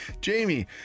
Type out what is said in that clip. Jamie